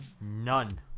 None